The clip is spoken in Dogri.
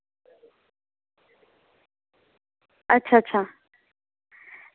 अच्छा अच्छा